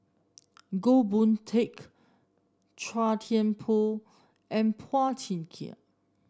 Goh Boon Teck Chua Thian Poh and Phua Thin Kiay